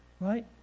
right